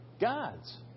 God's